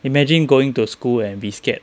imagine going to a school and be scared